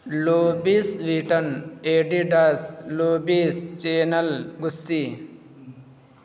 Louis Vuitton Adidas Louis Chanel گچی